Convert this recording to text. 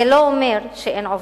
זה לא אומר שאין העובדות.